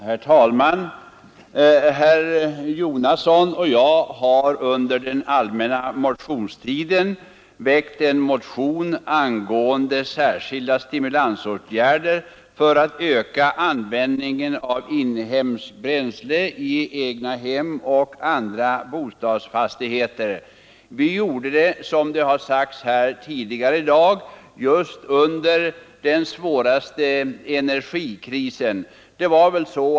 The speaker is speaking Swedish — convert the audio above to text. Herr talman! Herr Jonasson och jag har under den allmänna motionstiden väckt en motion angående särskilda stimulansåtgärder för att öka användningen av inhemskt bränsle i egnahem och andra bostadsfastigheter. Vi gjorde det — som har sagts här tidigare i dag — under den svåraste energikrisen.